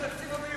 תקציב הביוב.